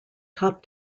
top